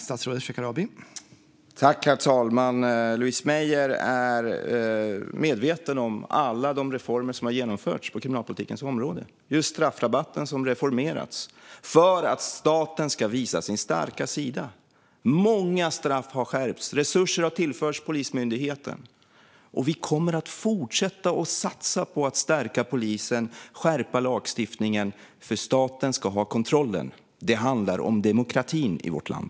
Herr talman! Louise Meijer är medveten om alla de reformer som har genomförts på kriminalpolitikens område. Just straffrabatten har reformerats för att staten ska visa sin starka sida. Många straff har skärpts, och resurser har tillförts Polismyndigheten. Vi kommer att fortsätta att satsa på att stärka polisen och skärpa lagstiftningen, för staten ska ha kontrollen. Det handlar om demokratin i vårt land.